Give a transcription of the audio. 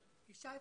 החסמים.